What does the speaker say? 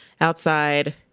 Outside